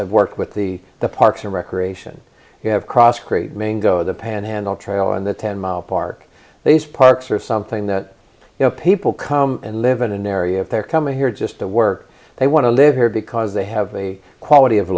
have worked with the parks and recreation you have cross creek maine go the panhandle trail and the ten mile park these parks are something that you know people come and live in an area if they're coming here just to work they want to live here because they have a quality of